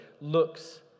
looks